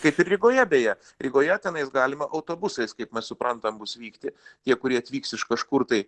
kaip ir rygoje beje rygoje tenais galima autobusais kaip mes suprantam bus vykti tie kurie atvyks iš kažkur tai